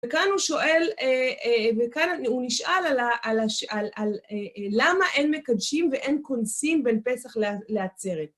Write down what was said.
וכאן הוא שואל, וכאן הוא נשאל על למה אין מקדשים ואין כונסים בין פסח לעצרת.